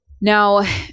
now